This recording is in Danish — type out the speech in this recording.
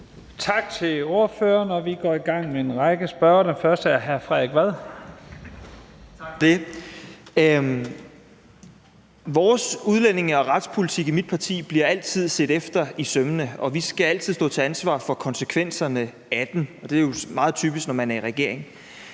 Tak til ordføreren, og vi går i gang med en række spørgere. Den første er hr. Frederik Vad. Kl. 17:44 Frederik Vad (S): Tak for det. Vores udlændinge- og retspolitik i mit parti bliver altid set efter i sømmene, og vi skal altid stå til ansvar for konsekvenserne af den. Og det er jo meget typisk, når man er i regering.